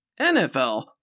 NFL